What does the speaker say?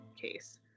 case